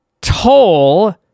toll